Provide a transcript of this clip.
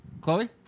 Chloe